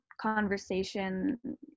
conversation